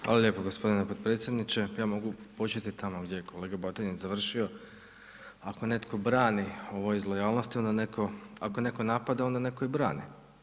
Hvala lijepo g. potpredsjedniče, ja mogu početi tamo gdje je kolega Batinić završio, ako netko brani ovo iz lojalnosti, onda neko, ako neko napada onda neko i brani.